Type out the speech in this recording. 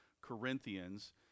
Corinthians